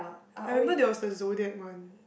I remember there was the zodiac one